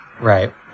Right